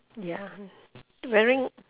ya wearing